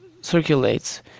circulates